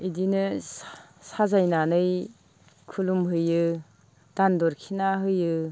बिदिनो साजायनानै खुलुमहोयो दान दरखिना होयो